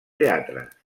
teatres